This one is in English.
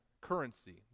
currency